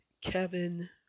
Kevin